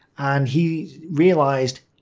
and he realised,